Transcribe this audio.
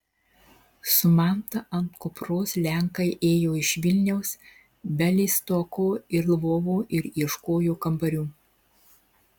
su manta ant kupros lenkai ėjo iš vilniaus bialystoko ir lvovo ir ieškojo kambarių